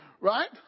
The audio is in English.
right